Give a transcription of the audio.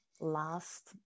last